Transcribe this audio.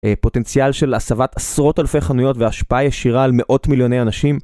פוטנציאל של הסבת עשרות אלפי חנויות והשפעה ישירה על מאות מיליוני אנשים.